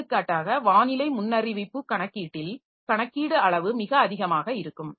எடுத்துக்காட்டாக வானிலை முன்னறிவிப்பு கணக்கீட்டில் கணக்கீடு அளவு மிக அதிகமாக இருக்கும்